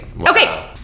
Okay